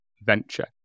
venture